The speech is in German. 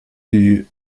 die